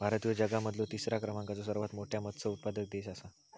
भारत ह्यो जगा मधलो तिसरा क्रमांकाचो सर्वात मोठा मत्स्य उत्पादक देश आसा